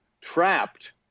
trapped